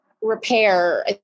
repair